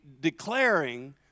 declaring